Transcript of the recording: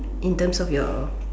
in terms of your